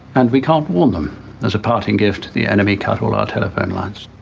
and we can't warn them as a parting gift. the enemy cut all our telephone lines.